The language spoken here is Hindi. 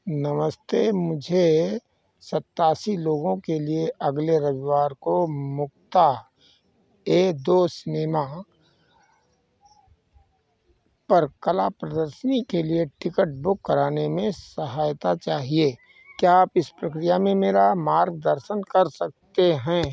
नमस्ते मुझे सत्तासी लोगों के लिए अगले रविवार को मुक्ता ए दो सिनेमा पर कला प्रदर्शनी के लिए टिकट बुक कराने में सहायता चाहिए क्या आप इस प्रक्रिया में मेरा मार्गदर्शन कर सकते हैं